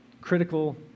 Critical